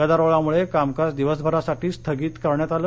गदारोळामळे कामकाज दिवसभरासाठी स्थगित करण्यात आलं